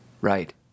right